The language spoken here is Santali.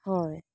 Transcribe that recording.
ᱦᱳᱭ